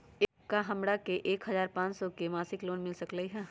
का हमरा के एक हजार पाँच सौ के मासिक लोन मिल सकलई ह?